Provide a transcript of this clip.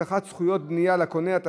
הבטחת זכויות בנייה לקונה),